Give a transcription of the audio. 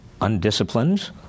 undisciplined